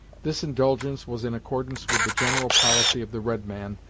this indulgence was in accordance with the general policy of the red man,